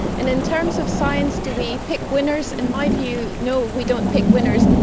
and in terms of science, do we pick winners? in my view, no, we don't pick winners.